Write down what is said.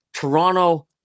Toronto